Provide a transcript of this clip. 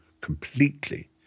completely